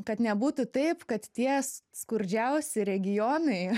kad nebūtų taip kad tie skurdžiausi regionai